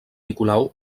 nicolau